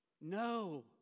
No